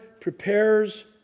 prepares